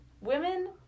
women